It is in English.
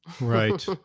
Right